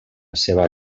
seva